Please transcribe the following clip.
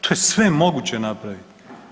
To je sve moguće napraviti.